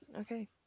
Okay